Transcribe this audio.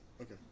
Okay